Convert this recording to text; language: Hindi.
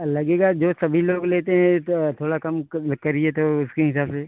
लगेगा जो सभी लोग लेते हैं तो थोड़ा कम करिए तो उसके हिसाब से